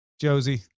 Josie